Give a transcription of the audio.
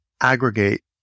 aggregate